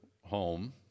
home